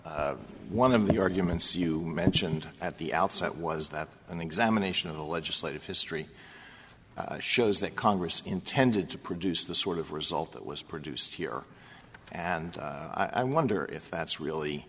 one of the arguments you mentioned at the outset was that an examination of the legislative history shows that congress intended to produce the sort of result that was produced here and i wonder if that's really